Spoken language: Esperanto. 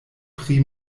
pri